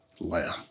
Lamb